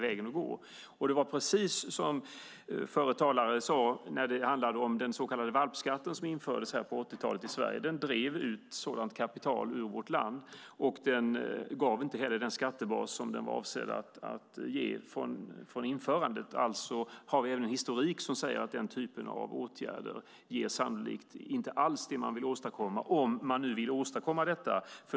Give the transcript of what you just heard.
Som den förre talaren sade drev den så kallade valpskatten som infördes på 80-talet ut sådant kapital ur vårt land. Den gav inte heller den skattebas som den var avsedd att ge. Vi har alltså historik som säger att den typen av åtgärder sannolikt inte ger det man vill, om man nu vill åstadkomma detta.